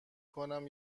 کنم